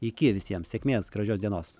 iki visiems sėkmės gražios dienos